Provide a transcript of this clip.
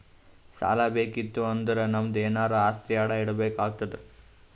ಸಾಲಾ ಬೇಕಿತ್ತು ಅಂದುರ್ ನಮ್ದು ಎನಾರೇ ಆಸ್ತಿ ಅಡಾ ಇಡ್ಬೇಕ್ ಆತ್ತುದ್